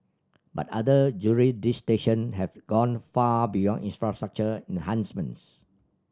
but other have gone far beyond infrastructure enhancements